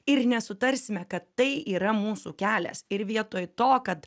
ir nesutarsime kad tai yra mūsų kelias ir vietoj to kad